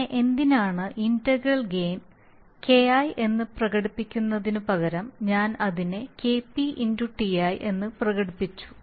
പിന്നെ എന്തിനാണ് integral gain KI എന്ന് പ്രകടിപ്പിക്കുന്നതിനുപകരം ഞാൻ അതിനെ KP x TI എന്ന് പ്രകടിപ്പിച്ചു